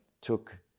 took